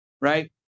right